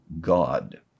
God